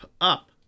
up